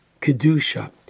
Kedusha